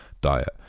diet